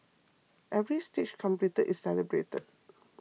every stage completed is celebrated